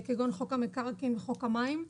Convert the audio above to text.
כגון: חוק המקרקעין וחוק המים.